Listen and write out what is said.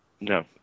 No